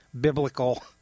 biblical